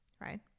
right